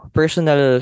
personal